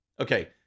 Okay